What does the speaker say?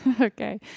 Okay